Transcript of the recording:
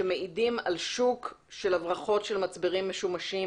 שמעידים על שוק של הברחות של מצברים משומשים